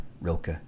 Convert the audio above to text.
Rilke